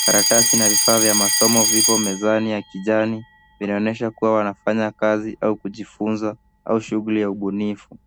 Karatasi na vifaa vya masomo vipo mezani ya kijani, vinaonyesha kuwa wanafanya kazi au kujifunza au shughuli ya ubunifu.